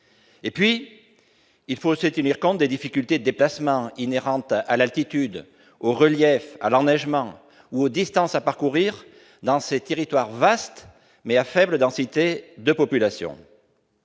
de vie. Il faut aussi tenir compte des difficultés de déplacement inhérentes à l'altitude, au relief, à l'enneigement ou aux distances à parcourir dans ces territoires vastes, mais à faible densité de population.